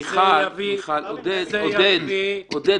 --- מיכל, עודד, בבקשה.